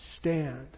stand